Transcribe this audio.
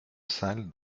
salle